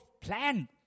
plan